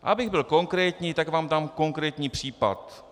Abych byl konkrétní, tak vám dám konkrétní případ.